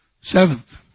Seventh